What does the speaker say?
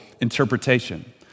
interpretation